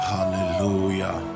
Hallelujah